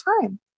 Time